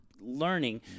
learning